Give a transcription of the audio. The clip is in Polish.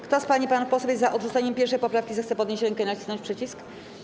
Kto z pań i panów posłów jest za odrzuceniem 1. poprawki, zechce podnieść rękę i nacisnąć przycisk.